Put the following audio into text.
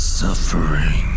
suffering